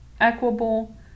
equable